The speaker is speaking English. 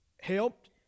helped